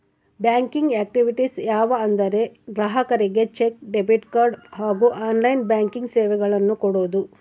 banking activities ಯಾವ ಅಂದರೆ ಗ್ರಾಹಕರಿಗೆ ಚೆಕ್, ಡೆಬಿಟ್ ಕಾರ್ಡ್ ಹಾಗೂ ಆನ್ಲೈನ್ ಬ್ಯಾಂಕಿಂಗ್ ಸೇವೆಗಳನ್ನು ಕೊಡೋದು